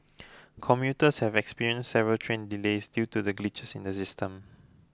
commuters have experienced several train delays due to glitches in the system